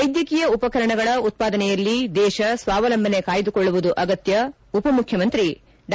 ವೈದ್ಯಕೀಯ ಉಪಕರಣಗಳ ಉತ್ಪಾದನೆಯಲ್ಲಿ ದೇಶ ಸ್ವಾವಲಂಬನೆ ಕಾಯ್ದಕೊಳ್ಳುವುದು ಅಗತ್ಯ ಉಪ ಮುಖ್ಯಮಂತ್ರಿ ಡಾ